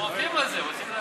אנחנו עובדים על זה.